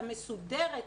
המסודרת,